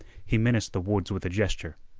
he menaced the woods with a gesture.